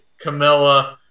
Camilla